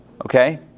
Okay